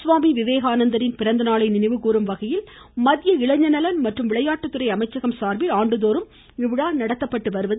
சுவாமி விவேகானந்தரின் பிறந்தநாளை நினைவுகூறும்வகையில் மக்கிய இளைஞர்நலன் மற்றும் விளையாட்டுத்துறை அமைச்சகம் சார்பில் ஆண்டுதோறும் இவ்விழா நடத்தப்பட்டு வருகிறது